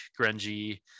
grungy